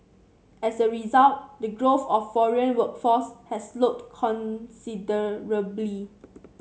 as a result the growth of foreign workforce has slowed considerably